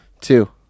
two